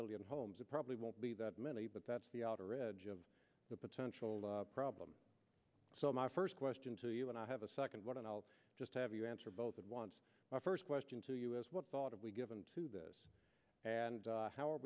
million homes it probably won't be that but that's the outer edge of the potential problem so my first question to you and i have a second one and i'll just have you answer both at once my first question to you as well thought of we given to this and how are